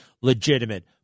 legitimate